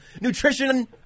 nutrition